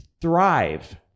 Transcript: thrive